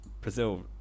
Brazil